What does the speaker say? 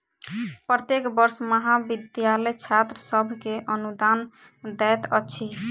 प्रत्येक वर्ष महाविद्यालय छात्र सभ के अनुदान दैत अछि